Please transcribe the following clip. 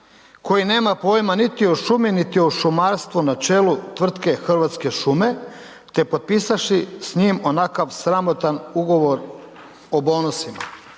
koji nema pojma niti o šumi niti o šumarstvu na čelu tvrtke Hrvatske šume te potpisavši s njim onakav sramotan ugovor o bonusima.